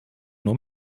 nur